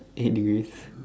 eight days